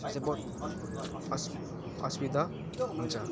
त्यो चाहिँ बहुत अस असुविधा हुन्छ